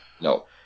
No